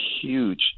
huge